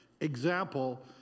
example